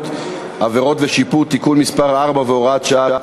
(עבירות ושיפוט) (תיקון מס' 4 והוראת שעה),